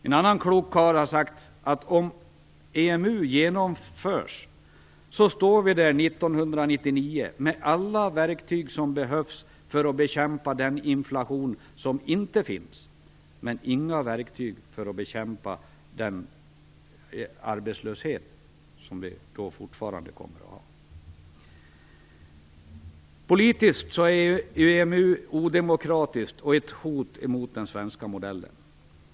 En annan klok karl har sagt att om EMU genomförs, står vi där 1999 med alla verktyg som behövs för att bekämpa den inflation som inte finns - men utan verktyg för att bekämpa den arbetslöshet som vi då fortfarande kommer att ha. Politiskt är EMU odemokratiskt och ett hot emot den svenska modellen.